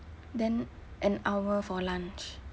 then an hour for lunch